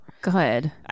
Good